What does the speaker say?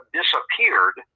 disappeared